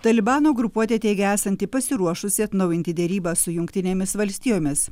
talibano grupuotė teigia esanti pasiruošusi atnaujinti derybas su jungtinėmis valstijomis